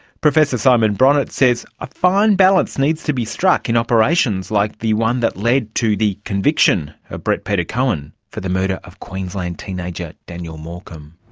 professor simon bronitt says a fine balance needs to be struck in operations like the one that led to the conviction of brett peter cowan for the murder of queensland teenager daniel morcombe.